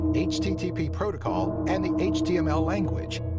http protocol and the html language.